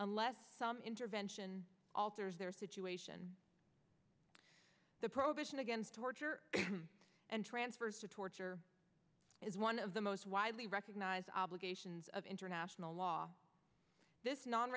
unless some intervention alters their situation the prohibition against torture and transfers to torture is one of the most widely recognized obligations of international law this